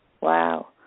Wow